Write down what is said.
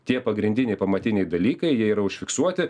tie pagrindiniai pamatiniai dalykai jie yra užfiksuoti